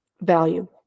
value